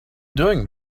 doing